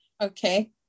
Okay